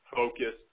focus